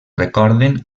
recorden